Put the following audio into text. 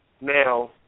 Now